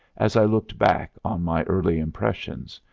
as i looked back on my early impressions,